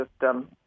system